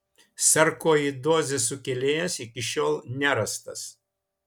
sarkoidozės sukėlėjas iki šiol nerastas